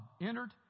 entered